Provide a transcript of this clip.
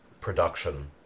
production